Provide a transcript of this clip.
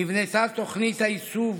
נבנתה תוכנית הייצוב